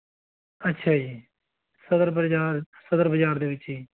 ਅੱਛਾ ਜੀ ਸਦਰ ਬਾਜ਼ਾਰ ਸਦਰ ਬਾਜ਼ਾਰ ਦੇ ਵਿੱਚ ਜੀ